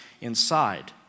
inside